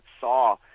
saw